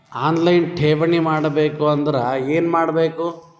On line ಠೇವಣಿ ಮಾಡಬೇಕು ಅಂದರ ಏನ ಮಾಡಬೇಕು?